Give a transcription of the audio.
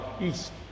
east